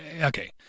Okay